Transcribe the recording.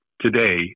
today